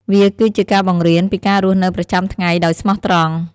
វាគឺជាការបង្រៀនពីការរស់នៅប្រចាំថ្ងៃដោយស្មោះត្រង់។